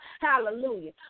Hallelujah